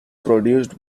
produced